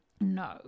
no